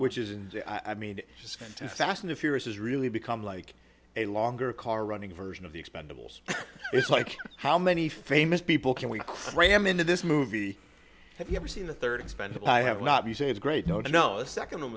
which is and i mean just going too fast and furious has really become like a longer car running version of the expendables it's like how many famous people can we cram into this movie have you ever seen the third expendable i have not you say it's great no no the second one